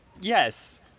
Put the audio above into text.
Yes